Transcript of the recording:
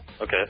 Okay